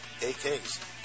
AKs